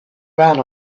ran